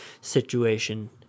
situation